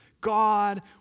God